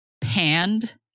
panned